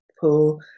pull